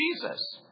Jesus